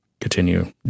continue